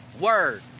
word